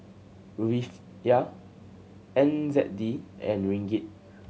Rufiyaa N Z D and Ringgit